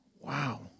Wow